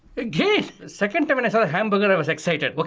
again. second time and i saw the hamburger, i was excited. but